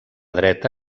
dreta